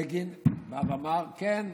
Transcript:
בגין בא ואמר: כן,